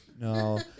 no